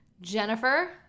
Jennifer